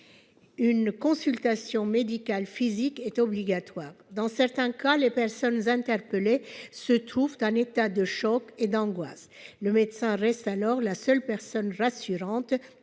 une consultation médicale physique est obligatoire. Les personnes interpellées se trouvent parfois en état de choc et d'angoisse. Le médecin reste alors la seule personne rassurante